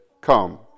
Come